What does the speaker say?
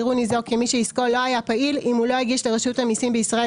יראו ניזוק כמי שעסקו לא היה פעיל אם הוא לא הגיש לרשות המסים בישראל